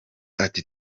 ati